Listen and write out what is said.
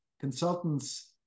Consultants